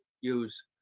use